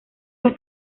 las